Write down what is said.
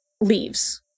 leaves